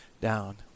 down